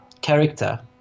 character